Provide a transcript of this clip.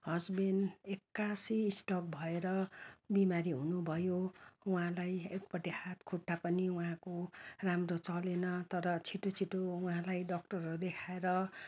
husband एक्कासी stroke भएर बिमारी हुनु भयो उहाँलाई एकपट्टि हात खुट्टा पनि उहाँको राम्रो चलेन तर छिटो छिटो उहाँलाई डक्टरहरू देखाएर